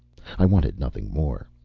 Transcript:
i wanted nothing more.